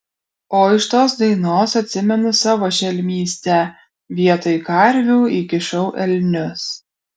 o iš tos dainos atsimenu savo šelmystę vietoj karvių įkišau elnius